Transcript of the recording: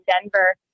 Denver